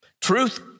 Truth